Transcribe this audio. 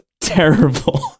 terrible